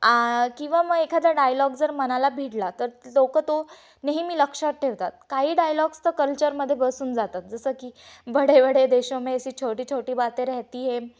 आ किंवा मग एखादा डायलॉग जर मनाला भिडला तर लोक तो नेहमी लक्षात ठेवतात काही डायलॉग्स तर कल्चरमध्ये बसून जातात जसं की बडे वडे देशो में एसी छोटी छोटी बाते रेहती है